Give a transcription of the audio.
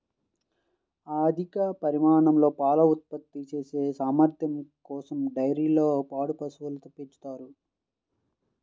అధిక పరిమాణంలో పాలు ఉత్పత్తి చేసే సామర్థ్యం కోసం డైరీల్లో పాడి పశువులను పెంచుతారు